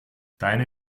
deine